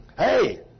Hey